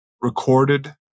Recorded